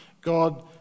God